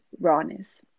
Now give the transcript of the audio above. rawness